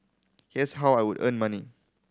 here's how I would earn money